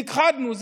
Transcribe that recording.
נכחדנו,